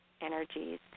energies